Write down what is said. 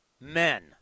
men